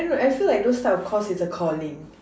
I don't know I feel like those type of course is a calling